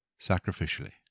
sacrificially